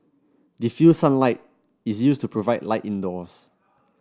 diffused sunlight is used to provide light indoors